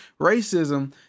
racism